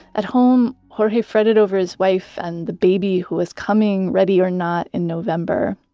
at home, jorge fretted over his wife and the baby who was coming, ready or not, in november.